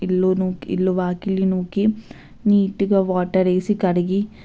ఇల్లు నూకి ఇల్లు వాకిలి నూకి నీటుగా వాటర్ వేసి కడిగి